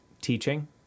Teaching